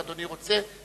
אם אדוני רוצה.